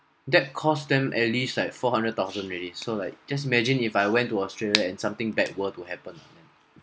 that cost them at least like four hundred thousand already so like just imagine if I went to australia and something bad were to happen